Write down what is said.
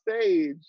stage